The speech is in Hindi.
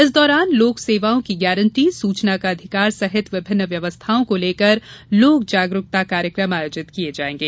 इस दौरान लोक सेवाओं के प्रदान की गारंटी सूचना का अधिकार सहित विभिन्न व्यवस्थाओं को लेकर लोक जागरूकता कार्यक्रम आयोजित किये जायेंगे